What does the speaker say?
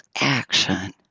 action